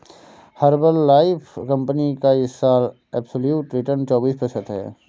Herbalife company का इस साल एब्सोल्यूट रिटर्न चौबीस प्रतिशत है